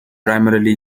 primarily